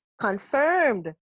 Confirmed